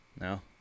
No